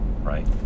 right